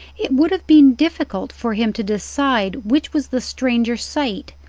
it would have been difficult for him to decide which was the stranger sight,